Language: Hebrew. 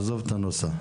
עזוב את הנוסח.